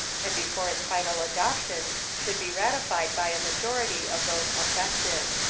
and before its final adoption should be ratified by a majority of those affected.